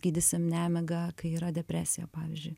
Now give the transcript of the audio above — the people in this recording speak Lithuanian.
gydysim nemiga kai yra depresija pavyzdžiui